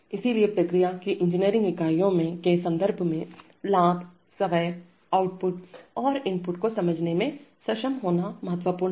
इसलिए प्रक्रिया की इंजीनियरिंग इकाइयों के संदर्भ में लाभ समय आउटपुट और इनपुट को समझने में सक्षम होना महत्वपूर्ण है